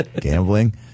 Gambling